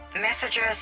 messages